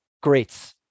greats